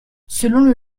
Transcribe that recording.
selon